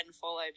follow